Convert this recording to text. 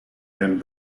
and